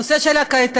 הנושא של קייטנות,